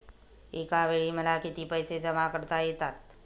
एकावेळी मला किती पैसे जमा करता येतात?